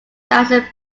thousand